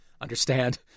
understand